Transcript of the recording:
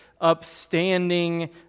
upstanding